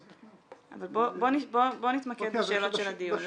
אבל בוא נתמקד בשאלות של הדיון.